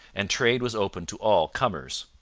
and trade was open to all comers.